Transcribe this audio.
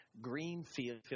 Greenfield